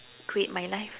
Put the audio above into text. create my life